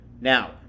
Now